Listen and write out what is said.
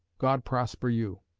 god prosper you.